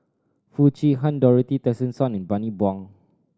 Foo Chee Han Dorothy Tessensohn and Bani Buang